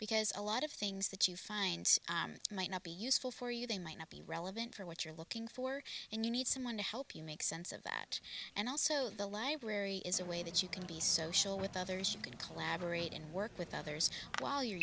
because a lot of things that you find might not be useful for you they might not be relevant for what you're looking for and you need someone to help you make sense of that and also the library is a way that you can be social with others you could collaborate and work with others while you re